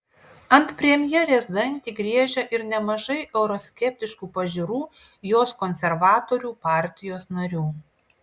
ant premjerės dantį griežia ir nemažai euroskeptiškų pažiūrų jos konservatorių partijos narių